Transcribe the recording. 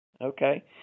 Okay